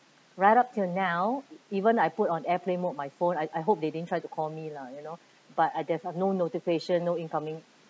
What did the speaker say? right up till now even I put on airplane mode my phone I I hope they didn't try to call me lah you know but I guess there's no notification no incoming